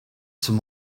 some